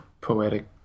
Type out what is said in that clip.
poetic